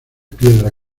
piedra